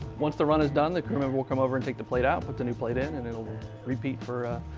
once the run is done, the crewmember will come over and take the plate out, put the new plate in and it'll repeat for, ah,